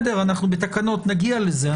אנחנו בתקנות נגיע לזה.